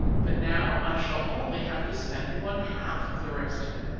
but now i shall only have to spend one-half of the rest of it.